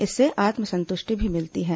इससे आत्म संतुष्टि भी मिलती है